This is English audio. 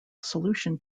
solution